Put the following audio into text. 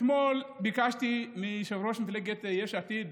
אתמול ביקשתי מיושב-ראש מפלגת יש עתיד